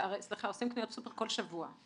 שהרי עושים קניות סופר כל שבוע.